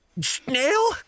snail